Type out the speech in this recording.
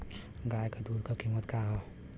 गाय क दूध क कीमत का हैं?